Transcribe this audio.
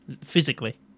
Physically